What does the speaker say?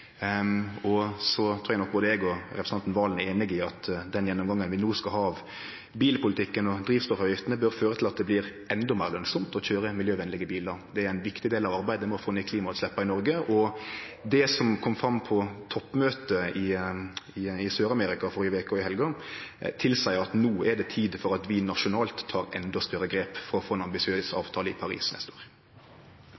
Og så trur eg nok både eg og representanten Serigstad Valen er einige i at den gjennomgangen vi no skal ha av bilpolitikken og drivstoffavgiftene, bør føre til at det blir endå meir lønsamt i køyre miljøvenlege bilar. Det er ein viktig del av arbeidet med å få ned klimautsleppa i Noreg. Det som kom fram på toppmøtet i Sør-Amerika førre veke og i helga, tilseier at no er det tida for at vi nasjonalt tek endå større grep for å få ein ambisiøs